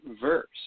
verse